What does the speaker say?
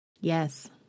Yes